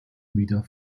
wieder